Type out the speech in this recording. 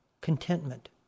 contentment